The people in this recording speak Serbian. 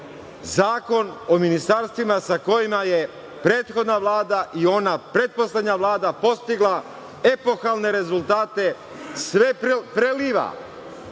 Zakon o ministarstvima, sa kojim je prethodna Vlada i ona pretposlednja Vlada postigla epohalne rezultate. Sve preliva,